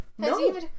No